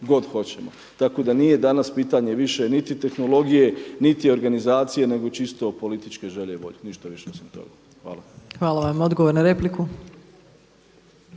god hoćemo. Tako da nije danas pitanje više niti tehnologije, niti organizacije nego čisto političke želje i volje. Ništa više osim toga. Hvala. **Opačić, Milanka